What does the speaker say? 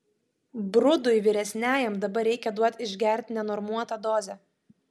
brudui vyresniajam dabar reikia duot išgert nenormuotą dozę